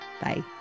Bye